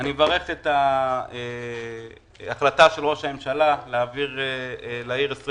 אני מברך את ההחלטה של ראש הממשלה להעביר לעיר 25